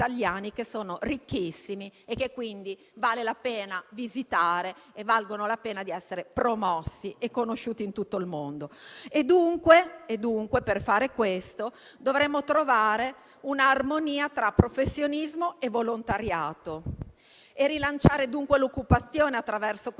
il mondo. Per fare questo dovremo trovare un'armonia tra professionismo e volontariato e rilanciare l'occupazione attraverso questi piani di manutenzione ordinaria e straordinaria e valorizzare le professioni che sono legate alla tutela e alla conservazione. Non dobbiamo dimenticarci